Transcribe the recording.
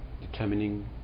determining